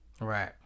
Right